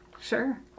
Sure